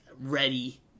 ready